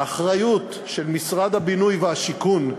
האחריות של משרד הבינוי והשיכון,